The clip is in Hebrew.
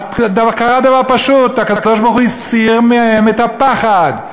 אז קרה דבר פשוט: הקדוש-ברוך-הוא הסיר מהם את הפחד.